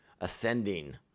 ascending